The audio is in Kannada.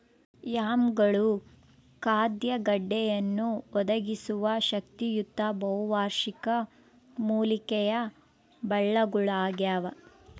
ಯಾಮ್ಗಳು ಖಾದ್ಯ ಗೆಡ್ಡೆಯನ್ನು ಒದಗಿಸುವ ಶಕ್ತಿಯುತ ಬಹುವಾರ್ಷಿಕ ಮೂಲಿಕೆಯ ಬಳ್ಳಗುಳಾಗ್ಯವ